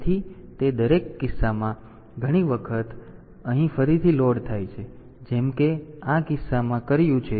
તેથી તે કિસ્સામાં ઘણી વખત આ અહીં ફરીથી લોડ થાય છે જેમ આપણે આ કિસ્સામાં કર્યું છે